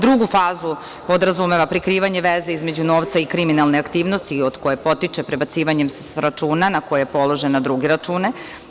Druga faza podrazumeva prikrivanje veze između novca i kriminalne aktivnosti od koje potiče prebacivanjem sa računa na koje je položen na druge račune.